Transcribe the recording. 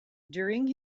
during